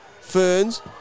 Ferns